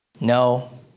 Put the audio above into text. No